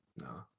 No